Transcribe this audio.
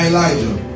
Elijah